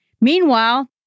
Meanwhile